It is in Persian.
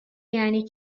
یعنی